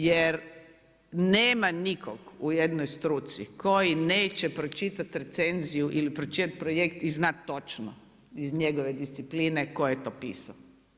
Jer nema nikog u jednoj struci koji neće pročitat recenziju ili pročitat projekt i znati točno iz njegove discipline tko je to pisao.